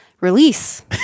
Release